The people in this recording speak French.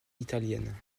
italienne